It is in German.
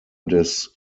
des